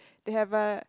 they have a